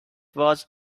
was